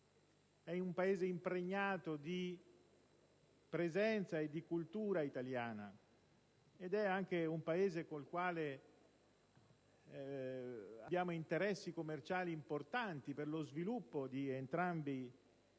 è un Paese amico, impregnato di presenza e di cultura italiana, ed è anche un Paese con il quale abbiamo interessi commerciali importanti per lo sviluppo di entrambi i nostri